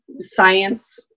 science